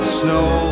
snow